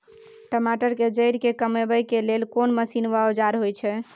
टमाटर के जईर के कमबै के लेल कोन मसीन व औजार होय छै?